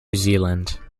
zealand